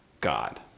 God